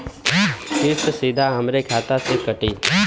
किस्त सीधा हमरे खाता से कटी?